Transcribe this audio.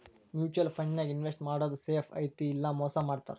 mutual ಫಂಡನ್ಯಾಗ invest ಮಾಡೋದ್ safe ಐತಿ ಇಲ್ಲಾ ಮೋಸ ಮಾಡ್ತಾರಾ